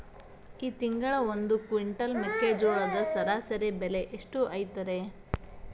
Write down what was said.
ಈ ತಿಂಗಳ ಒಂದು ಕ್ವಿಂಟಾಲ್ ಮೆಕ್ಕೆಜೋಳದ ಸರಾಸರಿ ಬೆಲೆ ಎಷ್ಟು ಐತರೇ?